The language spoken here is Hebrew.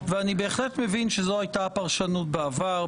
ואני בהחלט מבין שזו הייתה הפרשנות בעבר.